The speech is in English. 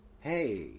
hey